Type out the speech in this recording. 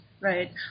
right